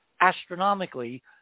astronomically